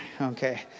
Okay